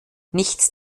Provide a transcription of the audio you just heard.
nichts